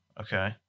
okay